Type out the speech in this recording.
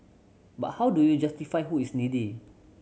but how do you justify who is needy